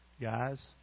Guys